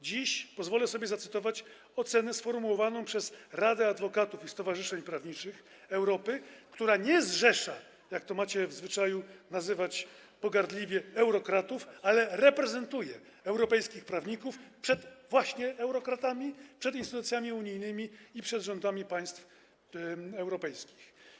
Dziś pozwolę sobie zacytować ocenę sformułowaną przez Radę Adwokatur i Stowarzyszeń Prawniczych Europy, która nie zrzesza, jak to macie w zwyczaju nazywać pogardliwie, eurokratów, ale reprezentuje europejskich prawników przed właśnie eurokratami, przed instytucjami unijnymi i przed rządami państw europejskich.